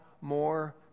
more